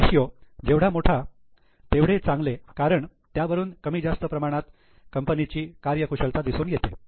हा रेषीयो जेवढा मोठा तेवढे चांगले कारण त्यावरुन कमी जास्त प्रमाणात कंपनीची कार्यकुशलता दिसून येते